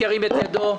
ירים את ידו.